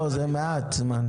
לא, זה מעט זמן.